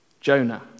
Jonah